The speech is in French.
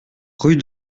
rue